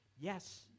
Yes